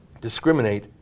discriminate